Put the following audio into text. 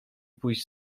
pójść